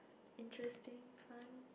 interesting fun